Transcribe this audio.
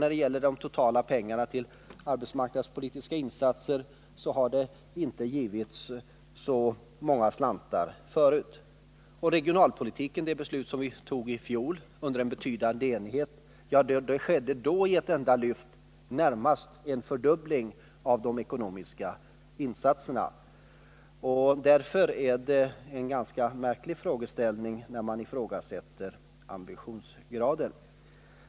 När det gäller den totala summan till arbetsmarknadspolitiska insatser så har det inte givits så många slantar förut. De beslut vi fattade i fjol, under betydande enighet, om regionalpolitiken innebar i ett enda lyft närmast en fördubbling av de ekonomiska insatserna. Därför är det en ganska märklig frågeställning att betvivla amibitionsgraden.